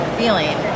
feeling